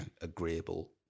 agreeable